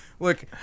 Look